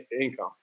income